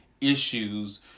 issues